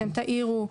אתם תעירו,